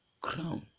crown